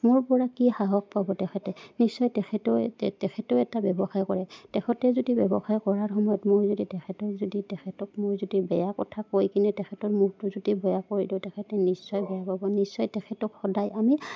মোৰপৰা কি সাহস পাব তেখেতে নিশ্চয় তেখেতেও তেখেতেও এটা ব্যৱসায় কৰে তেখেতে যদি ব্যৱসায় কৰাৰ সময়ত মই যদি তেখেতক যদি তেখেতক মই যদি বেয়া কথা কৈ কিনে তেখেতৰ মোতটো যদি বেয়া কৰি দিওঁ তেখেতে নিশ্চয় বেয়া ক'ব নিশ্চয় তেখেতক সদায় আমি